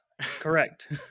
correct